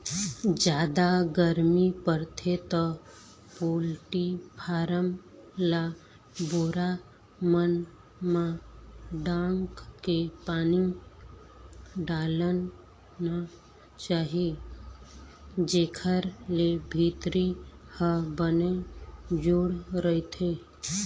जादा गरमी परथे त पोल्टी फारम ल बोरा मन म ढांक के पानी डालना चाही जेखर ले भीतरी ह बने जूड़ रहिथे